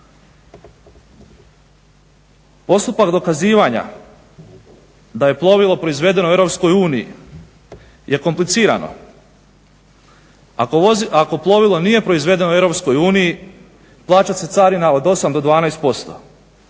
Postupak dokazivanja da je plovilo proizvedeno u EU je komplicirano. Ako plovilo nije proizvedeno u EU plaća se carina od 8 do 12%.